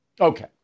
Okay